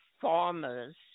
farmers